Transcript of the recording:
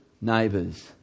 neighbours